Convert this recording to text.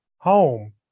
home